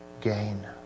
gain